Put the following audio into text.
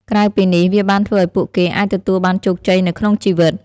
ក្រៅពីនេះ វាបានធ្វើឲ្យពួកគេអាចទទួលបានជោគជ័យនៅក្នុងជីវិត។